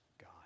God